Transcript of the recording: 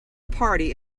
party